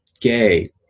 gay